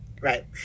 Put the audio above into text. Right